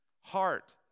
heart